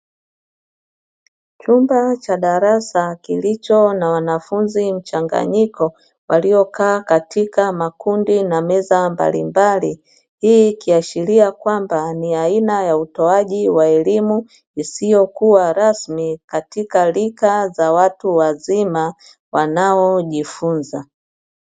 Chumba cha darasa kilicho na wanafunzi mchanganyiko walio kaa katika makundi na meza mbalimbali, hii ikiashiria kwamba ni aina ya utoaaji wa elimu isiyokuwa rasmi katika rika za watu wazima wanaojifunza.